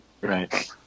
Right